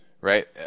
right